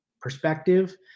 perspective